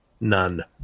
None